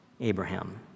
Abraham